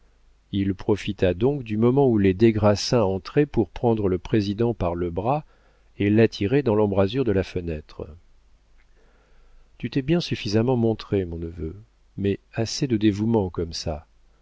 il profita donc du moment où les des grassins entraient pour prendre le président par le bras et l'attirer dans l'embrasure de la fenêtre tu t'es bien suffisamment montré mon neveu mais assez de dévouement comme ça